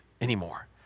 anymore